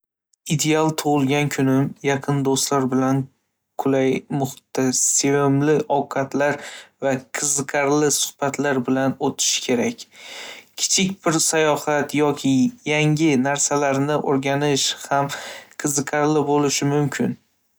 Ideal tug‘ilgan kunim yaqin do‘stlar bilan qulay muhitda, sevimli ovqatlar va qiziqarli suhbatlar bilan o‘tishi kerak. Kichik bir sayohat yoki yangi narsalarni o‘rganish ham qiziqarli bo‘lishi mumkin.